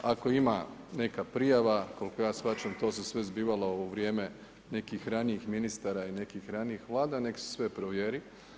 Ako ima neka prijava, koliko ja shvaćam, to se sve zbivalo u vrijeme nekih ranijih ministara i nekih ranijih Vlada neka se sve provjeri.